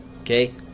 okay